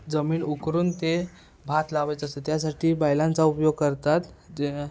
जमीन उकरून ते भात लावायचे असतं त्यासाठी बैलांचा उपयोग करतात जे